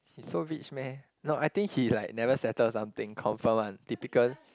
he so rich meh no I think he like never settle something confirm one typical